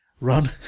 Run